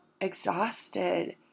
exhausted